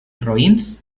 roïns